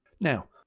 Now